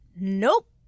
nope